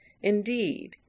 Indeed